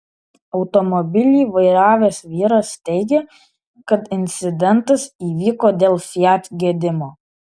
automobilį vairavęs vyras teigė kad incidentas įvyko dėl fiat gedimo